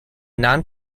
non